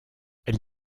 elle